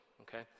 okay